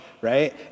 right